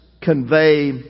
convey